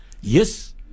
yes